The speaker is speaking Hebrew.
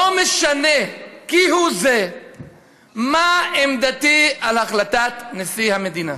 לא משנה כהוא זה מה עמדתי על החלטת נשיא המדינה,